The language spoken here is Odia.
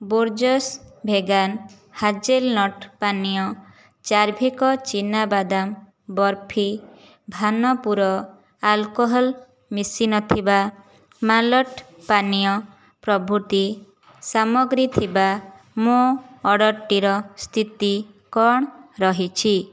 ବୋର୍ଜ୍ସ୍ ଭେଗାନ୍ ହାଜେଲନଟ୍ ପାନୀୟ ଚାର୍ଭିକ ଚୀନାବାଦାମ ବର୍ଫି ଭାନପୁର ଆଲ୍କୋହଲ୍ ମିଶି ନଥିବା ମାଲ୍ଟ ପାନୀୟ ପ୍ରଭୃତି ସାମଗ୍ରୀ ଥିବା ମୋ ଅର୍ଡ଼ର୍ଟିର ସ୍ଥିତି କ'ଣ ରହିଛି